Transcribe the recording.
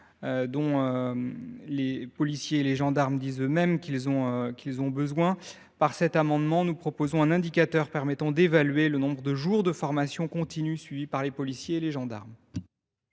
dont les policiers et les gendarmes disent eux mêmes qu’ils ont besoin. Cet amendement vise ainsi à mettre en place un indicateur permettant d’évaluer le nombre de jours de formation continue suivis par les policiers et les gendarmes.